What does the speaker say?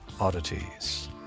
oddities